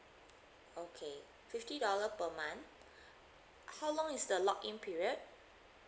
okay fifty dollar per month how long is the lock in period